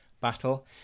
battle